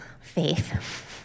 Faith